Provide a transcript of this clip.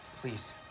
please